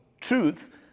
truth